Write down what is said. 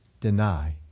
deny